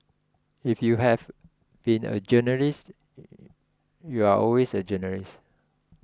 if you have been a journalist you're always a journalist